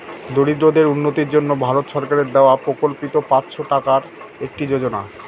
দরিদ্রদের উন্নতির জন্য ভারত সরকারের দেওয়া প্রকল্পিত পাঁচশো টাকার একটি যোজনা